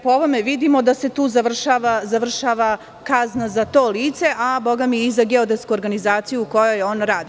Po ovome vidimo da se tu završava kazna za to lice, a bogami i za geodetsku organizaciju u kojoj on radi.